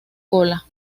cola